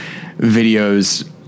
videos